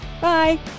Bye